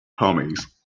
homies